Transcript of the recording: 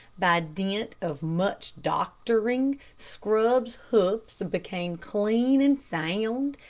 by dint of much doctoring, scrub's hoofs became clean and sound,